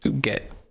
get